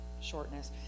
shortness